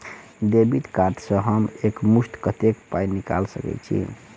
Debit card सँ हम एक मुस्त कत्तेक पाई निकाल सकय छी?